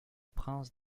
prince